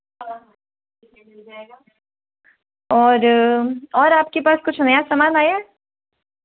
और और आपके पास कुछ नया सामान आया